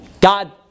God